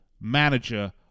manager